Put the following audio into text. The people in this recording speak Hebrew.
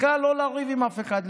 בכלל לא לריב עם אף אחד,